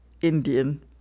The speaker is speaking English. Indian